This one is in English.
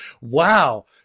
Wow